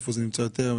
איפה זה נמצא יותר,